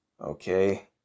Okay